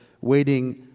waiting